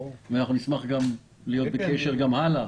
ואנחנו נשמח להיות בקשר גם הלאה.